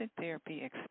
Therapy